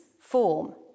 form